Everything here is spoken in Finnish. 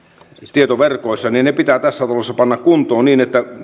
tietoverkoissa pitää tässä talossa panna kuntoon niin että